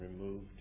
removed